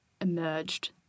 emerged